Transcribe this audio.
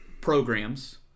programs